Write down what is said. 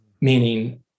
Meaning